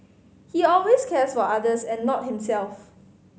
he always cares for others and not himself